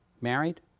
married